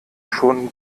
schon